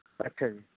ਅੱਛਾ ਜੀ